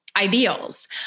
ideals